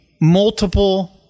multiple